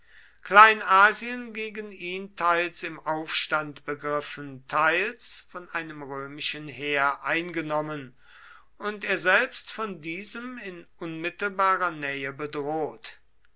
kleinasien gegen ihn teils im aufstand begriffen teils von einem römischen heer eingenommen und er selbst von diesem in unmittelbarer nähe bedroht